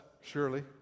surely